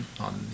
on